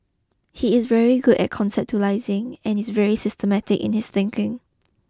he is very good at conceptualising and is very systematic in his thinking